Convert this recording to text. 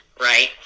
Right